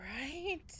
Right